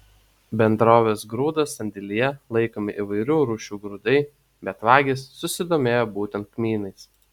bendrovės grūdas sandėlyje laikomi įvairių rūšių grūdai bet vagys susidomėjo būtent kmynais